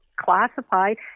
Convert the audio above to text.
classified